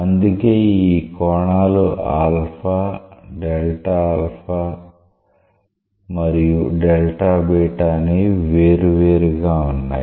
అందుకే ఈ కోణాలు Δα మరియు Δβ అనేవి వేరు వేరుగా ఉన్నాయి